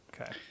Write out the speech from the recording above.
Okay